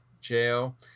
jail